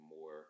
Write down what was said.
more